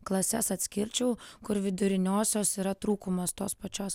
klases atskirčiau kur viduriniosios yra trūkumas tos pačios